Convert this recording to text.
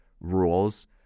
rules